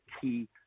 key